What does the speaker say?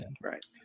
right